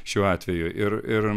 šiuo atveju ir ir